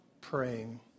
praying